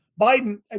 Biden